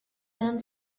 and